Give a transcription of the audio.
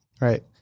Right